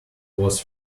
was